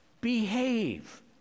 behave